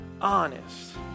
honest